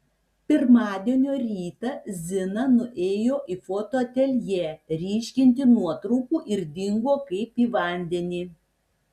pirmadienio rytą zina nuėjo į foto ateljė ryškinti nuotraukų ir dingo kaip į vandenį